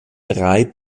drei